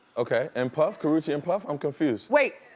okay, and puff? karrueche and puff i'm confused. wait!